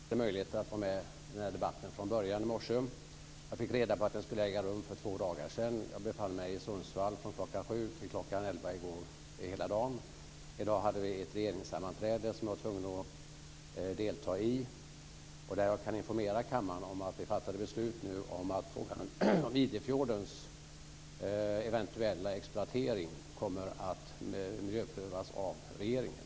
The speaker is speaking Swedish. Fru talman! Jag beklagar att jag inte hade möjlighet att vara med i den här debatten från början i morse. För två dagar sedan fick jag reda på att den skulle äga rum. Jag befann mig i Sundsvall från kl 7 till kl 23 i går. I dag har vi haft ett regeringssammanträde som jag var tvungen att delta i, och jag kan informera kammaren om att vi fattade beslut om att frågan om Widgefjordens eventuella exploatering kommer att miljöprövas av regeringen.